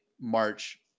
March